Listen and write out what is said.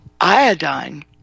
Iodine